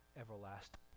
Everlasting